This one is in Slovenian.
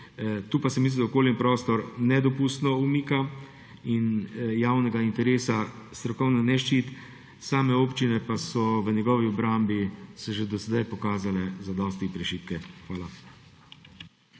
Tu pa se okolje in prostor nedopustno umika in javnega interesa strokovno ne ščiti, same občine pa so se v njegovi obrambi že do zdaj pokazale za dosti prešibke. Hvala.